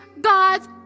God's